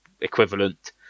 equivalent